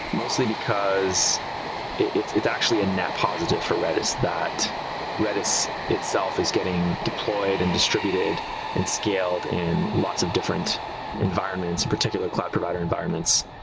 mostly because it's it's actually a net positive for redis, that redis itself is getting deployed and distributed and scaled in lots of different environments, particular cloud provider environments,